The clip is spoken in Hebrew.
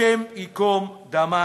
השם ייקום דמם,